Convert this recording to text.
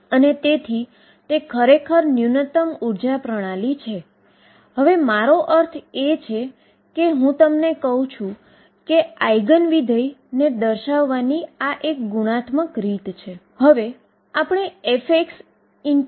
ચાલો હવે હું તેને x y અને z ની દ્રષ્ટિએ અને 22m2ψxyz સમીકરણ ની રીતે પણ લખી બતાવુ